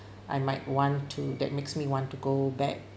I might want to that makes me want to go back